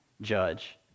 judge